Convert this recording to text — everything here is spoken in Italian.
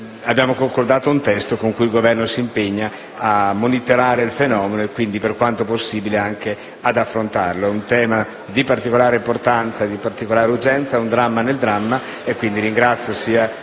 abbiamo concordato un testo in cui si impegna il Governo a monitorare il fenomeno, e quindi, per quanto possibile, ad affrontarlo. È un tema di particolare importanza e urgenza, un dramma nel dramma; quindi, ringrazio sia